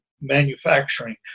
manufacturing